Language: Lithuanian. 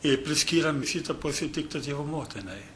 ir priskiriam šitą pusę tiktai dievo motinai